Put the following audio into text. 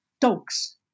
Dogs